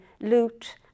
loot